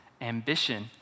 ambition